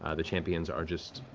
ah the champions are just